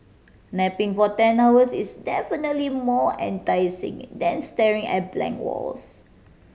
napping for ten hours is definitely more enticing than staring at blank walls